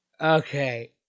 Okay